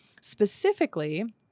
Specifically